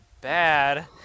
bad